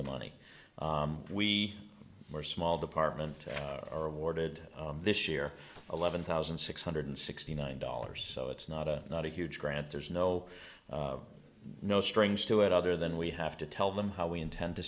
the money we are a small department are awarded this year eleven thousand six hundred sixty nine dollars so it's not a not a huge grant there's no no strings to it other than we have to tell them how we intend to